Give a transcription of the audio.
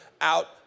out